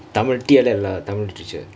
tamil T_L_L lah tamil literature